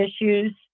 issues